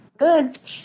Goods